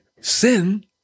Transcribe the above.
Sin